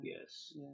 Yes